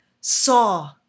saw